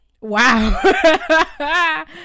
wow